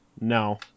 no